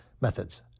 Methods